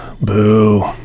Boo